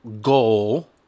goal